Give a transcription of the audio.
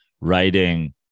writing